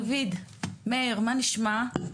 דוד מאיר, בבקשה.